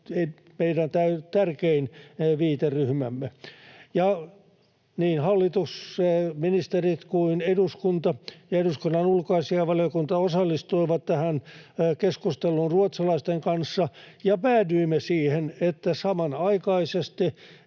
meidän tärkein viiteryhmämme. — Niin hallitus, ministerit kuin eduskunta ja eduskunnan ulkoasiainvaliokunta osallistuivat tähän keskusteluun ruotsalaisten kanssa, ja päädyimme siihen, että samanaikaisesti